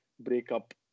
Breakup